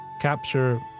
capture